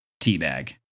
teabag